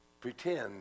pretend